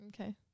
Okay